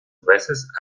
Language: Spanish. veces